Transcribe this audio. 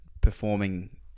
performing